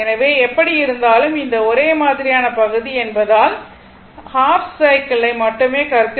எனவே எப்படியிருந்தாலும் இந்த ஒரே மாதிரியான பகுதி என்பதால் ஹாஃப் சைக்கிள் ஐ மட்டுமே கருத்தில் கொள்வோம்